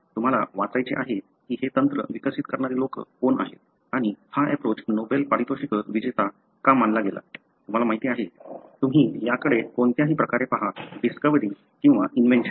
तुम्हाला वाचायचे आहे की हे तंत्र विकसित करणारे लोक कोण आहेत आणि हा एप्रोच नोबेल पारितोषिक विजेता का मानला गेला तुम्हाला माहिती आहे तुम्ही याकडे कोणत्याही प्रकारे पहाता डिस्कव्हरी किंवा इन्व्हेंशन